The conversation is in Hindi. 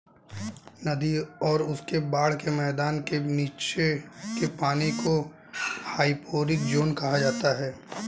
नदी और उसके बाढ़ के मैदान के नीचे के पानी को हाइपोरिक ज़ोन कहा जाता है